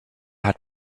hat